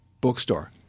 bookstore